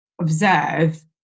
observe